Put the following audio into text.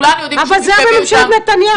אבל זה היה בממשלת נתניהו,